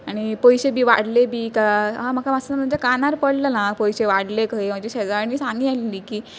आनी पयशे बी वाडले बी काय अहां म्हाका मात्सां म्हजे कानार पडलेलां आं पयशे वाडले खंय म्हजी शेजारीण बी सांगीं आहली की